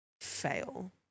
fail